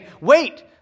Wait